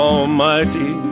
Almighty